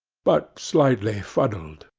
but slightly fuddled.